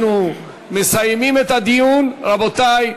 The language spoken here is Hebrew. אנחנו מסיימים את הדיון, רבותי.